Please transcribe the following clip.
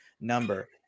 number